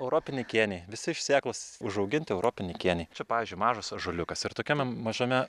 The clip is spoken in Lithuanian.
europiniai kėniai visi iš sėklos užauginti europiniai kėniai čia pavyzdžiui mažas ąžuoliukas ir tokiame mažame